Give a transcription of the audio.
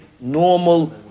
normal